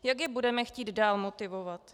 Jak je budeme chtít dál motivovat?